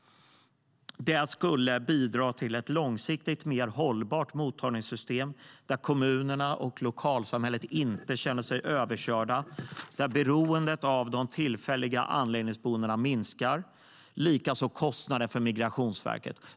Det skulle bidra till ett långsiktigt, mer hållbart mottagningssystem, där kommunerna och lokalsamhällena inte känner sig överkörda, där beroendet av de tillfälliga anläggningsboendena minskar, likaså kostnaderna för Migrationsverket.